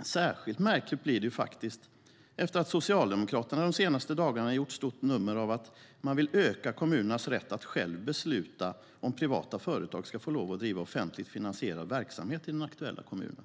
Särskilt märkligt blir det efter att Socialdemokraterna de senaste dagarna gjort ett stort nummer av att man vill öka kommunernas rätt att själva besluta om privata företag ska få lov att driva offentligt finansierad verksamhet i den aktuella kommunen.